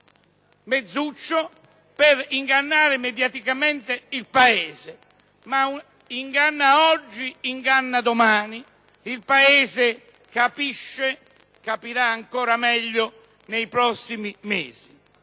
mezzuccio per ingannare mediaticamente il Paese, ma, inganna oggi inganna domani, il Paese capisce e capirà ancora meglio nei prossimi mesi.